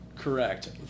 correct